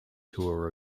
tour